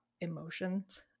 emotions